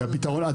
או בחלקו?